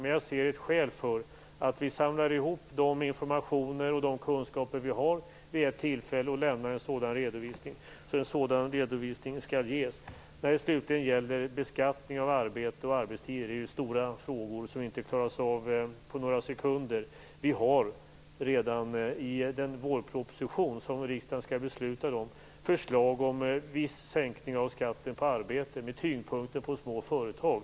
Men jag ser ett skäl till att vi samlar ihop den information och den kunskap som vi har vid ett tillfälle och lämnar en sådan redovisning, så en sådan redovisning skall göras. Beskattning av arbete och arbetstider är stora frågor som inte klaras av på några sekunder. Vi har redan i den vårproposition som riksdagen skall besluta om i dag förslag om viss sänkning av skatten på arbete, med tyngdpunkten på små företag.